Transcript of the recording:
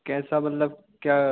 कैसा मतलब क्या